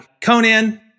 Conan